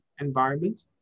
environment